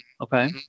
Okay